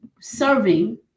serving